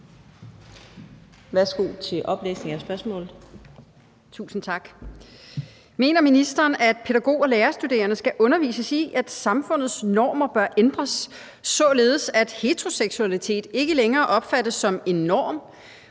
Værsgo til oplæsning af spørgsmålet. Kl. 14:10 Mette Thiesen (DF): Tusind tak. Mener ministeren, at pædagog- og lærerstuderende skal undervises i, at samfundets normer bør ændres, således at heteroseksualitet ikke længere opfattes som en norm,